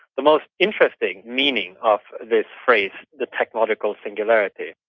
the most interesting meaning of this phrase, the technological singularity,